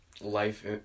life